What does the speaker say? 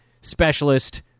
specialist